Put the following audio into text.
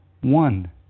one